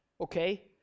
okay